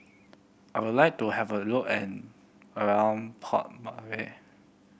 I would like to have a look and around Port